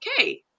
okay